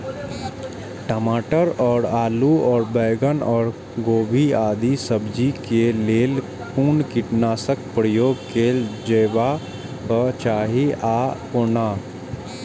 टमाटर और आलू और बैंगन और गोभी आदि सब्जी केय लेल कुन कीटनाशक प्रयोग कैल जेबाक चाहि आ कोना?